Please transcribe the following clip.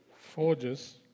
forges